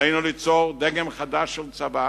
עלינו ליצור דגם חדש של צבא